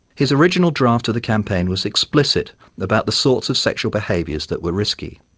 his original draft of the campaign was explicit about the sorts of sexual behaviours that were risky.